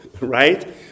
right